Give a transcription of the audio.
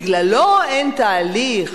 בגללו אין תהליך,